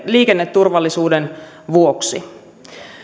liikenneturvallisuuden vuoksi